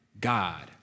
God